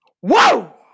Whoa